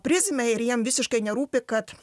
prizmę ir jiem visiškai nerūpi kad